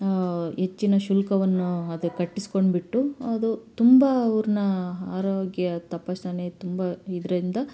ಹೆಚ್ಚಿನ ಶುಲ್ಕವನ್ನು ಅದು ಕಟ್ಟಿಸಿಕೊಂಡ್ಬಿಟ್ಟು ಅದು ತುಂಬ ಅವ್ರನ್ನ ಆರೋಗ್ಯ ತಪಾಸಣೆ ತುಂಬ ಇದರಿಂದ